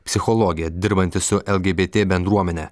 psichologė dirbanti su lgbt bendruomene